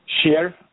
share